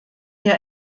ihr